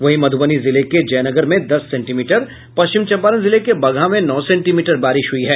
वहीं मधुबनी जिले के जयनगर में दस सेंटीमीटर पश्चिम चंपारण जिले के बगहा में नौ सेंटीमीटर बारिश हुई है